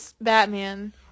Batman